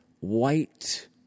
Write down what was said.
White